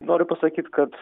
noriu pasakyt kad